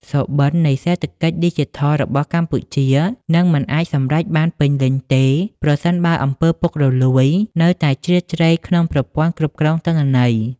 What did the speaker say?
សុបិននៃ "សេដ្ឋកិច្ចឌីជីថល" របស់កម្ពុជានឹងមិនអាចសម្រេចបានពេញលេញទេ ប្រសិនបើ អំពើពុករលួយ នៅតែជ្រៀតជ្រែកក្នុងប្រព័ន្ធគ្រប់គ្រងទិន្នន័យ។